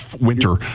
winter